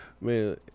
man